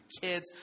kids